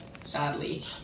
Sadly